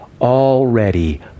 Already